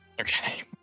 Okay